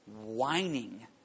whining